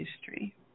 history